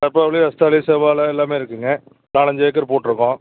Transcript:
கற்பூரவல்லி ரஸ்தாளி செவ்வாழை எல்லாமே இருக்குதுங்க நாலைஞ்சு ஏக்கர் போட்டிருக்கோம்